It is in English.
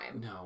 No